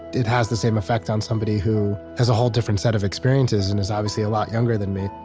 it has the same effect on somebody who has a whole different set of experiences, and is obviously a lot younger than me.